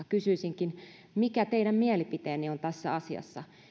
kysyisinkin mikä teidän mielipiteenne on tässä asiassa